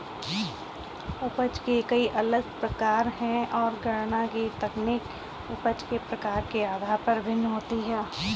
उपज के कई अलग प्रकार है, और गणना की तकनीक उपज के प्रकार के आधार पर भिन्न होती है